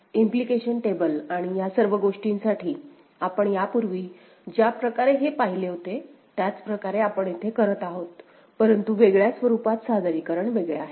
implication table आणि या सर्व गोष्टींसाठी आपण यापूर्वी ज्या प्रकारे हे पाहिले होते त्याच प्रकारे आपण येथे करत आहोत परंतु वेगळ्या स्वरूपात सादरीकरण वेगळे आहे